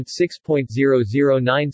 6.009